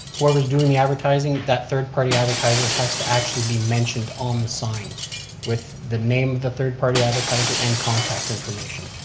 whoever's doing the advertising, that third-party advertiser has to actually be mentioned on the sign with the name of the third-party advertiser and contact information.